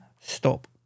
Stop